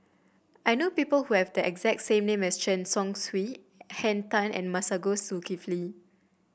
I know people who have the exact name as Chen Chong Swee Henn Tan and Masagos Zulkifli